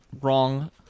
Wrong